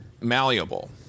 malleable